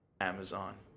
Amazon